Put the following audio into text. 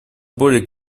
более